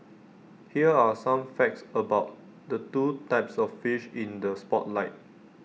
here are some facts about the two types of fish in the spotlight